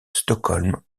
stockholm